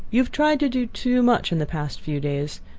you have tried to do too much in the past few days.